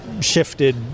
shifted